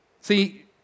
See